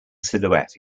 silhouette